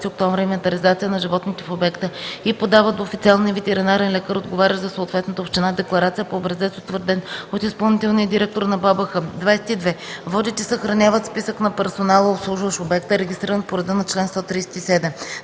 20 октомври инвентаризация на животните в обекта и подават до официалния ветеринарен лекар, отговарящ за съответната община, декларация по образец, утвърден от изпълнителния директор на БАБХ; 22. водят и съхраняват списък на персонала, обслужващ обекта, регистриран по реда на чл. 137;